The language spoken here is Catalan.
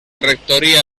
rectoria